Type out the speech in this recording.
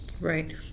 right